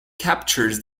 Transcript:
captures